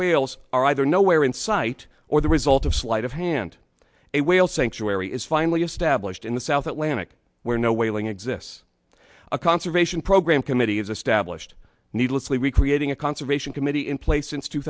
whales are either nowhere in sight or the result of sleight of hand a whale sanctuary is finally established in the south atlantic where no whaling exists a conservation program committee has established needlessly recreating a conservation committee in place since two